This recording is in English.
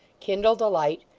kindled a light,